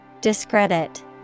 Discredit